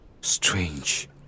Strange